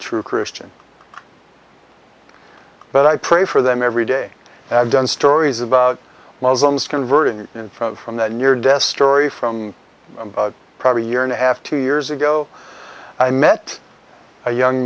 true christian but i pray for them every day and i've done stories about muslims converting in from from that near death story from probably a year and a half two years ago i met a young